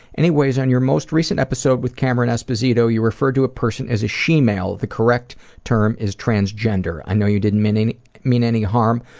anyways, on your most recent episode with cameron esposito, you referred to a person as a she-male. the correct term is transgender. i know you didn't mean mean any harm,